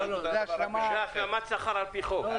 זה השלמת שכר על פי חוק.